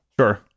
Sure